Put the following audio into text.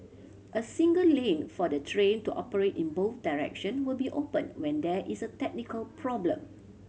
a single lane for the train to operate in both direction will be open when there is a technical problem